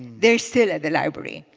they're still at the library.